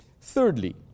Thirdly